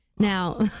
Now